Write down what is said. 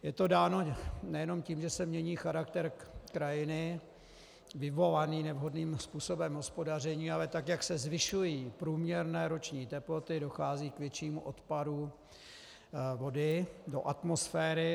Je to dáno nejenom tím, že se mění charakter krajiny vyvolaný nevhodným způsobem hospodaření, ale tak jak se zvyšují průměrné roční teploty, dochází k většímu odparu vody do atmosféry.